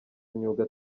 imyuga